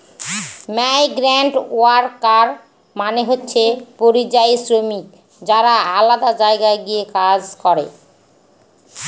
migrant worker মানে হচ্ছে পরিযায়ী শ্রমিক যারা আলাদা জায়গায় গিয়ে কাজ করে